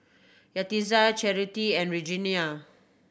Yaritza Charity and Regenia